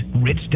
Rich